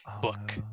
book